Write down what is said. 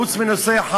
חוץ מנושא אחד,